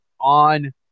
on